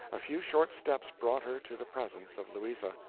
a few short steps brought her to the presence of louisa,